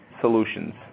solutions